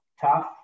Tough